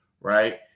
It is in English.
right